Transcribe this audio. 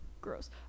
Gross